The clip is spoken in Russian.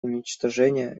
уничтожения